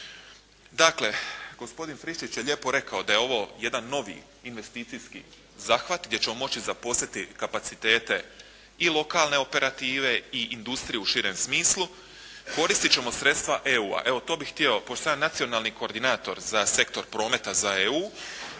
Dakle gospodin Friščić je lijepo rekao da je ovo jedan novi investicijski zahvat gdje ćemo moći zaposliti kapacitete i lokalne operative i industriju u širem smislu. Koristiti ćemo sredstva EU-a. Evo to bi htio, pošto sam ja nacionalni koordinator za sektor prometa za EU,